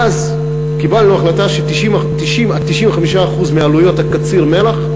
ואז קיבלנו החלטה ש-90% 95% מעלויות קציר המלח,